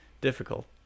difficult